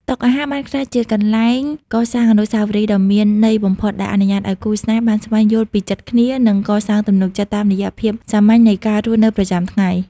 តុអាហារបានក្លាយជាកន្លែងកសាងអនុស្សាវរីយ៍ដ៏មានន័យបំផុត ដែលអនុញ្ញាតឱ្យគូស្នេហ៍បានស្វែងយល់ពីចិត្តគ្នា និងកសាងទំនុកចិត្តតាមរយៈភាពសាមញ្ញនៃការរស់នៅប្រចាំថ្ងៃ។